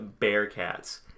Bearcats